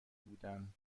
بودن